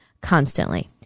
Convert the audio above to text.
constantly